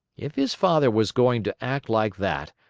if his father was going to act like that,